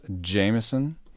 jameson